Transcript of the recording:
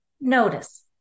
Notice